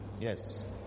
Yes